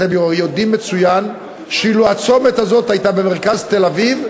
אתם הרי יודעים מצוין שאילו הצומת הזה היה במרכז תל-אביב,